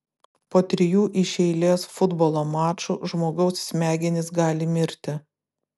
po trijų iš eilės futbolo mačų žmogaus smegenys gali mirti